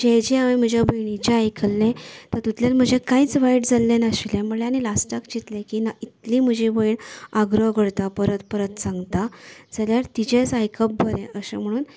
जे जे हांवे म्हजे भयणीचे आयकल्लें तातूंतल्यान म्हजे कांयच वायट जाल्ले नाशिल्ले म्हळें आनी लास्टाक चिंतले की ना इतलीं म्हजी भयण आग्रो करता परत परत सांगता जाल्यार तिचेंच आयकप बरें अशें म्हणून